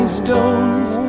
stones